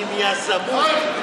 עם יזמות,